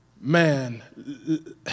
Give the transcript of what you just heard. man